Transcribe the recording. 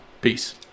peace